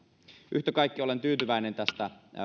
yhtä kaikki olen tyytyväinen tästä